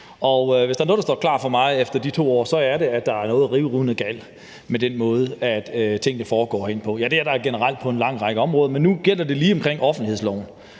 og hvis der er noget, der står klart for mig efter de 2 år, så er det, at der er noget rivravruskende galt med den måde, som tingene foregår på herinde. Ja, det er der generelt på en lang række områder, men nu gælder det lige offentlighedsloven.